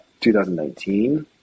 2019